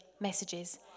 messages